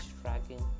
tracking